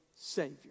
Savior